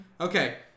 okay